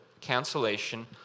cancellation